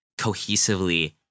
cohesively